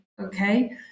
okay